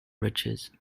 riches